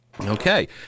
Okay